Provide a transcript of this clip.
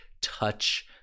touch